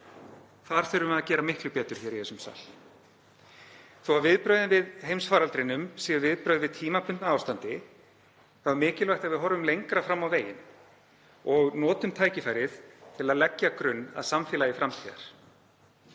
í þessum sal að gera miklu betur. Þó að viðbrögðin við heimsfaraldrinum séu viðbrögð við tímabundnu neyðarástandi er mikilvægt að við horfum lengra fram á veginn og notum tækifærið til að leggja grunn að samfélagi framtíðar.